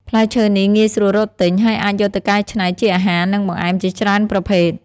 ផ្លែឈើនេះងាយស្រួលរកទិញ ហើយអាចយកទៅកែច្នៃជាអាហារ និងបង្អែមជាច្រើនប្រភេទ។